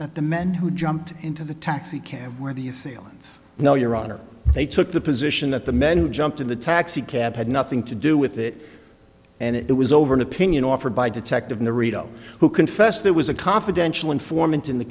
that the men who jumped into the taxi cab where the assailants know your honor they took the position that the men who jumped in the taxicab had nothing to do with it and it was over an opinion offered by detective on the radio who confessed there was a confidential informant in the